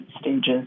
stages